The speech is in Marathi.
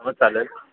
हो चालेल